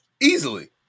Easily